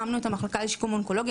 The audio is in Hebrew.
כשהקמנו את המחלקה לשיקום אונקולוגי.